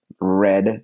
red